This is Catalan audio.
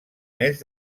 més